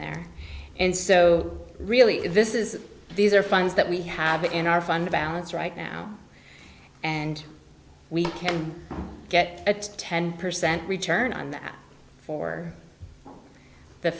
there and so really this is these are funds that we have in our fund balance right now and we can get a ten percent return on that for the